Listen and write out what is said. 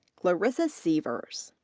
clarissa sievers.